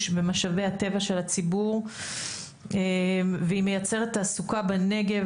במשאבי הטבע של הציבור והיא מייצרת תעסוקה בנגב